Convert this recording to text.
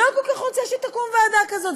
לא כל כך רוצה שתקום ועדה כזאת.